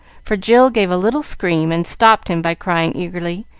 for jill gave a little scream, and stopped him by crying eagerly,